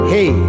Hey